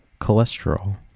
cholesterol